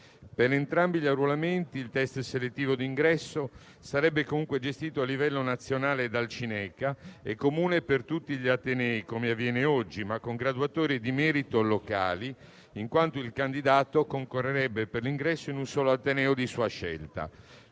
Per entrambi gli arruolamenti il test selettivo d'ingresso sarebbe comunque gestito a livello nazionale dal Cinéca e comune per tutti gli atenei, come avviene oggi, ma con graduatorie di merito locali in quanto il candidato concorrerebbe per l'ingresso in un solo ateneo di sua scelta.